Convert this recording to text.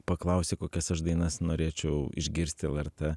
paklausei kokias aš dainas norėčiau išgirsti lrt